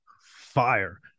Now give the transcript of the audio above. fire